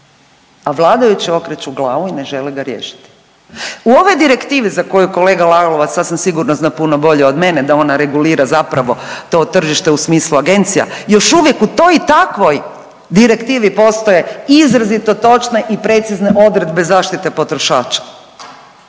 a vladajući okreću glavu i ne žele ga riješiti. U ovoj direktivi za koju kolega Lalovac sasvim sigurno zna puno bolje od mene da ona regulira zapravo to tržište u smislu agencija još uvijek u toj i takvoj direktivi postoje izrazito točne i precizne odredbe zaštite potrošača.